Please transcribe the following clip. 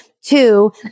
Two